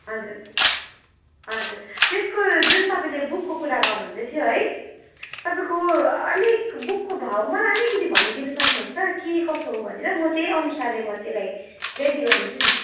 हजुर हजुर त्यसको जुन तपाईँले बुकको कुरा गर्नु हुँदैथ्यो है तपाईँको अलिक बुकको भाव मलाई अलिकति भनिदिनु सक्नुहुन्छ के कसो हो भनेर म त्यही अनुसारले म त्यसलाई रेडी गरिदिन्छु नि